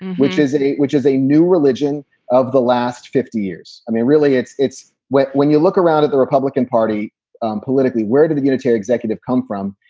which is eight, which is a new religion of the last fifty years. i mean, really, it's it's well, when you look around at the republican party politically, where did the unitary executive come from?